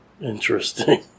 Interesting